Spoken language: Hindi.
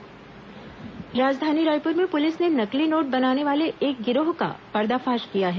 नकली नोट बरामद राजधानी रायपुर में पुलिस ने नकली नोट बनाने वाले एक गिरोह का पर्दाफाश किया है